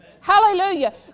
Hallelujah